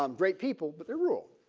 um great people but they are rural.